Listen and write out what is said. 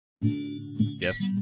Yes